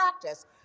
practice